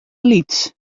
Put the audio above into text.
lyts